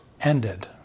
ended